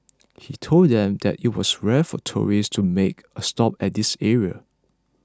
he told them that it was rare for tourists to make a stop at this area